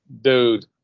dude